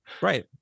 Right